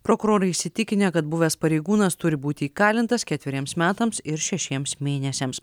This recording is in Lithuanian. prokurorai įsitikinę kad buvęs pareigūnas turi būti įkalintas ketveriems metams ir šešiems mėnesiams